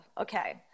okay